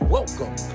Welcome